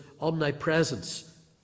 omnipresence